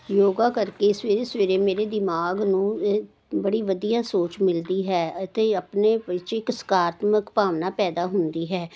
ਯੋਗਾ ਕਰਕੇ ਸਵੇਰੇ ਸਵੇਰੇ ਮੇਰੇ ਦਿਮਾਗ ਨੂੰ ਇਹ ਬੜੀ ਵਧੀਆ ਸੋਚ ਮਿਲਦੀ ਹੈ ਅਤੇ ਆਪਣੇ ਪਰੀਚਕ ਸਕਾਰਾਤਮਕ ਭਾਵਨਾ ਪੈਦਾ ਹੁੰਦੀ ਹੈ